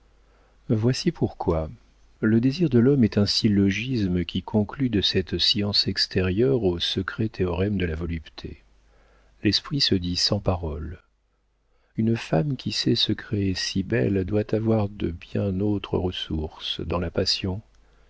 voici pourquoi le désir de l'homme est un syllogisme qui conclut de cette science extérieure aux secrets théorèmes de la volupté l'esprit se dit sans parole une femme qui sait se créer si belle doit avoir de bien autres ressources dans la passion